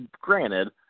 granted